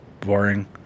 Boring